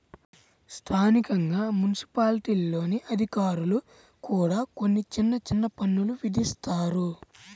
స్థానికంగా మున్సిపాలిటీల్లోని అధికారులు కూడా కొన్ని చిన్న చిన్న పన్నులు విధిస్తారు